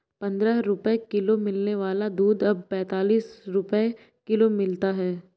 पंद्रह रुपए किलो मिलने वाला दूध अब पैंतालीस रुपए किलो मिलता है